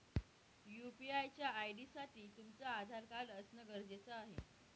UPI च्या ID साठी तुमचं आधार कार्ड असण गरजेच आहे